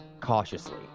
cautiously